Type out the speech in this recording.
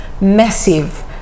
massive